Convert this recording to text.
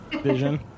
vision